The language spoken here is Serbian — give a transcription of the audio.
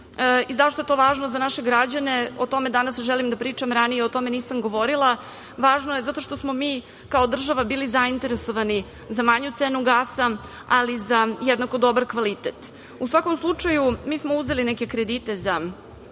i zašto je to važno za naše građane o tome danas želim da pričam. Ranije i o tome nisam govorila. Važno je zato što smo mi kao država bili zainteresovani za manju cenu gasa, ali i za jednako dobar kvalitet. U svakom slučaju, mi smo uzeli neke kredite za